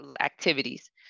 activities